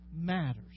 matters